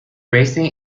racing